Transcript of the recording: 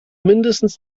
mindestens